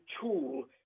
tool